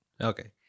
Okay